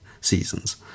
seasons